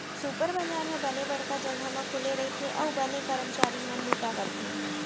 super बजार ह बने बड़का जघा म खुले रइथे अउ बने करमचारी मन बूता करथे